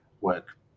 work